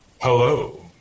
Hello